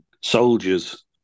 soldiers